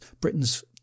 Britain's